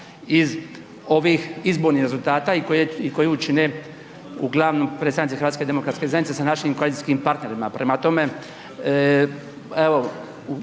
iz ovih izbornih rezultata i koju čine uglavnom predstavnici HDZ-a s našim koalicijskim partnerima. Prema tome, evo